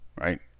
right